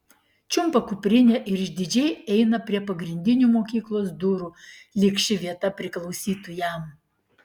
čiumpa kuprinę ir išdidžiai eina prie pagrindinių mokyklos durų lyg ši vieta priklausytų jam